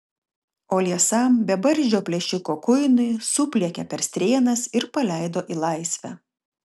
o liesam bebarzdžio plėšiko kuinui supliekė per strėnas ir paleido į laisvę